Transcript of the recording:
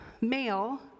male